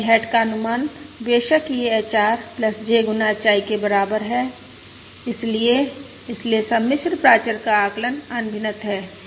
HI hat का अनुमान बेशक यह HR J गुना HI के बराबर है इसलिए इसलिए सम्मिश्र प्राचर का आकलन अनभिनत है